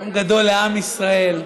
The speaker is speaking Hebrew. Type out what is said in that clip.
יום גדול לעם ישראל.